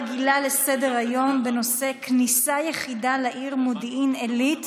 לסדר-היום בנושא: כניסה יחידה לעיר מודיעין עילית